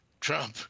Trump